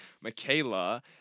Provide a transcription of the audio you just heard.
Michaela